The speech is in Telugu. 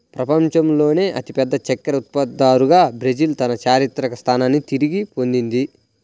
ప్రపంచంలోనే అతిపెద్ద చక్కెర ఉత్పత్తిదారుగా బ్రెజిల్ తన చారిత్రక స్థానాన్ని తిరిగి పొందింది